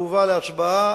הובא להצבעה,